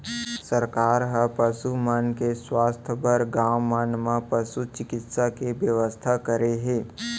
सरकार ह पसु मन के सुवास्थ बर गॉंव मन म पसु चिकित्सा के बेवस्था करे हे